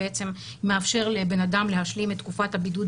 שמאפשר לאדם להשלים את תקופת הבידוד